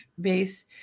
base